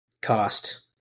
cost